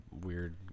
weird